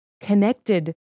connected